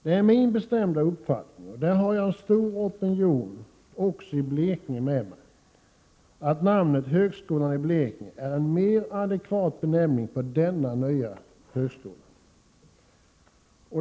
Det är min bestämda uppfattning — och en stor opinion i Blekinge stöder mig— att högskolan i Blekinge är en mera adekvat benämning på denna nya högskola.